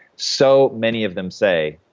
so many of them say,